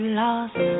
lost